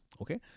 okay